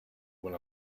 when